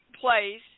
place